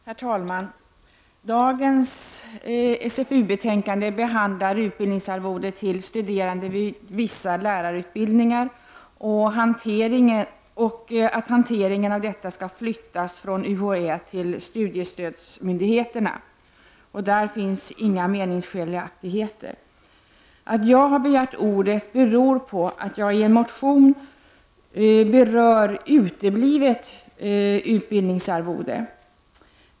Herr talman! Dagens SfU-betänkande behandlar utbildningsarvode till studerande vid vissa lärarutbildningar. Hanteringen av detta utbildningsarvode skall flyttas från UHÄ till studiestödsmyndigheterna. : Därvidlag finns inga meningsskiljaktigheter. Att jag har begärt ordet beror på att jag i en motion berör uteblivet utbildningsarvode.